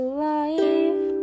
life